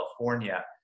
California